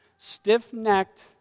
Stiff-necked